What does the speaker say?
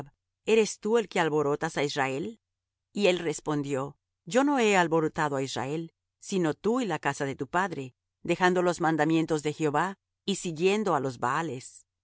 eres tú el que alborotas á israel y él respondió yo no he alborotado á israel sino tú y la casa de tu padre dejando los mandamientos de jehová y siguiendo á los baales